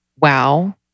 wow